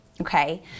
Okay